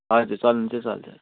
हजुर चल्नु चाहिँ चल्छ